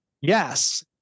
Yes